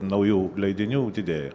naujų leidinių didėja